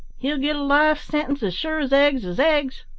he'll get a life sentence as sure as eggs is eggs